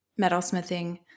metalsmithing